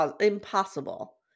impossible